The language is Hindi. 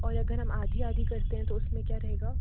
और अगर हम आधी आधी करते हैं तो उसमें क्या रहेगा